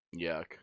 yuck